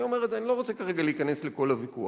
אני לא רוצה כרגע להיכנס לכל הוויכוח,